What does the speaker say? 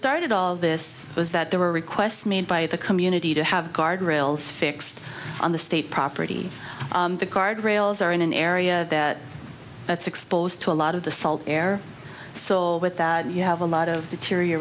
started all of this was that there were requests made by the community to have guard rails fixed on the state property the guard rails are in an area that that's exposed to a lot of the salt air so with that you have a lot of the teary